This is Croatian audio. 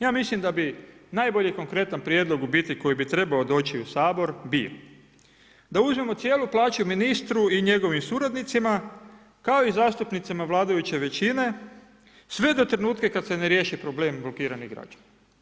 Ja mislim da bi najbolji konkretan prijedlog u biti koji bi trebao doći u Sabor bio, da uzmemo cijelu plaću ministru i njegovim suradnicima kao i zastupnicima vladajuće većine sve do trenutka kada se ne riješi problem blokiranih građana.